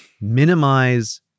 minimize